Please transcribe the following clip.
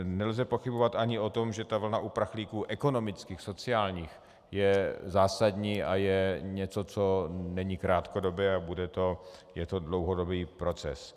Nelze pochybovat ani o tom, že vlna uprchlíků ekonomických, sociálních je zásadní a je něco, co není krátkodobé a je to dlouhodobý proces.